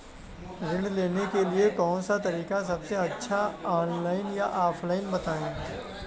ऋण लेने के लिए कौन सा तरीका सबसे अच्छा है ऑनलाइन या ऑफलाइन बताएँ?